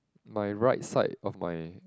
my right side of my